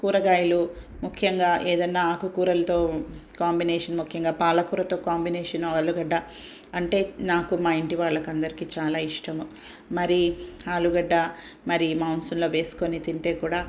కూరగాయలు ముఖ్యంగా ఏదన్న ఆకుకూరలతో కాంబినేషన్ ముఖ్యంగా పాలకూరతో కాంబినేషన్ ఆలుగడ్డ అంటే నాకు మా ఇంటి వాళ్ళకి అందరికీ చాలా ఇష్టము మరి ఆలుగడ్డ మరి మాంసంలో వేసుకొని తింటే కూడా